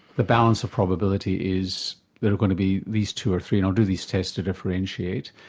the balance of probability is they're going to be these two or three, and i'll do these tests to differentiate.